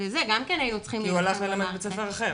כי הוא הלך ללמד בבית ספר אחר.